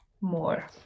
more